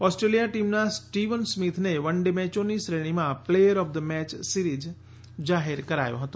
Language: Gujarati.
ઓસ્ટ્રેલિયા ટીમના સ્ટીવન સ્મિથને વન ડે મેચોની શ્રેણીમાં પ્લેયર ઓફ ધ સીરીઝ જાહેર કરાયો હતો